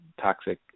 toxic